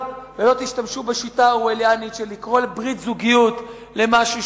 ולא תשתמשו בשיטה האורווליאנית של לקרוא ברית זוגיות למשהו